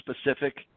specific